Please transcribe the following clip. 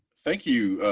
thank you,